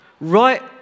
Right